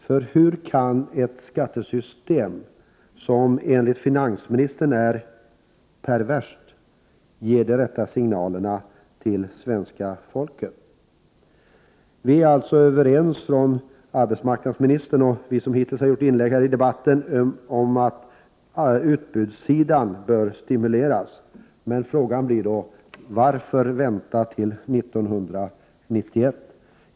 För hur kan ett skattesystem som enligt finansministerns uppfattning är ”perverst” ge de rätta signalerna till svenska folket? Arbetsmarknadsministern och vi som hittills har gjort inlägg här i debatten är alltså överens om att utbudssidan bör stimuleras. Frågan blir ju då: Varför vänta till 1991?